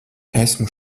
esmu